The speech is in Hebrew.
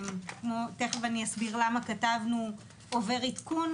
תכף אני אסביר למה כתבנו "עובר עדכון",